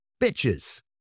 bitches